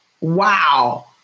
Wow